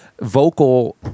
vocal